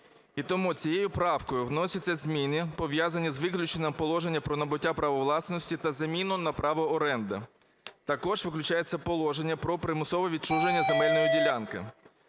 І тому цією правкою вносяться зміни, пов'язані з виключенням положення про набуття права власності та заміну на право оренди. Також виключається положення про примусове відчуження земельної ділянки.